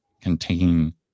contain